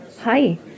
Hi